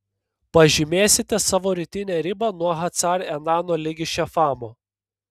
pažymėsite savo rytinę ribą nuo hacar enano ligi šefamo